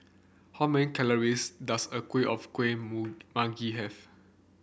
how many calories does a kuih of kuih manggi have